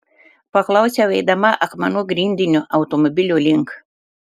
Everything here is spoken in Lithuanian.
paklausiau eidama akmenų grindiniu automobilio link